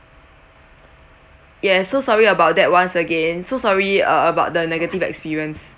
yes so sorry about that once again so sorry uh about the negative experience